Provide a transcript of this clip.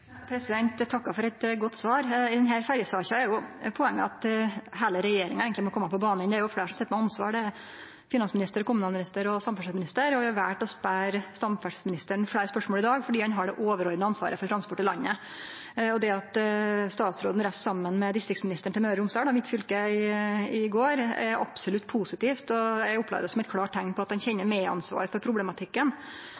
Eg takkar for eit godt svar. I denne ferjesaka er poenget at heile regjeringa eigentleg må kome på banen. Det er fleire som sit med ansvar, det er finansminister, kommunalminister og samferdselsminister, og vi har valt å stille samferdselsministeren fleire spørsmål i dag fordi han har det overordna ansvaret for transporten i landet. Det at statsråden reiste saman med distriktsministeren til Møre og Romsdal, mitt fylke, i går, er absolutt positivt, og eg opplever det som eit klart teikn på at